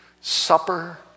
supper